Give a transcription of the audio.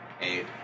eight